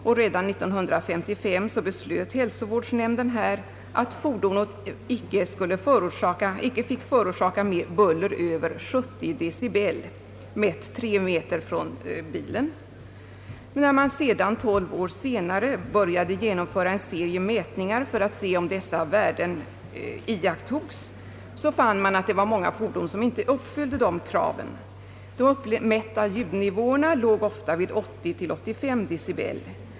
Redan år 1955 beslöt hälsovårdsnämnden här att fordonet icke fick förorsaka buller över 70 decibel mätt tre meter från bilen. När man sedan tolv år senare började genomföra en serie mätningar för att se om dessa värden iakttogs fann man att många fordon icke uppfyllde kraven. De uppmätta ljudnivåerna låg ofta vid 80 till 85 decibel.